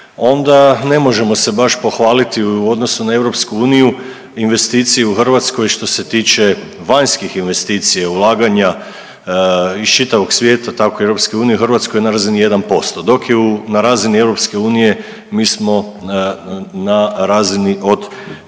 onda ne možemo se baš pohvaliti u odnosu na EU investiciju u Hrvatskoj što se tiče vanjskih investicija, ulaganja iz čitavog svijeta, tako i EU u Hrvatskoj je na razini 1%, dok je na razini EU mi smo na razini od 3%.